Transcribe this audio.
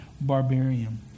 barbarian